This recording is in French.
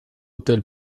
hôtels